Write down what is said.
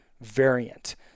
variant